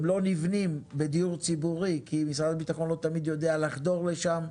הם לא נבנים בדיור הציבורי כי משרד הביטחון לא תמיד יודע לחדור לשם.